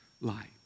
light